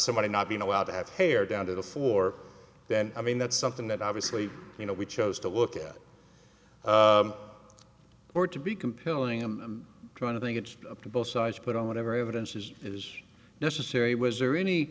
somebody not being allowed to have hair down to the fore then i mean that's something that obviously you know we chose to look at or to be compelling i'm trying to think it's up to both sides to put on whatever evidence is is necessary was there